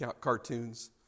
cartoons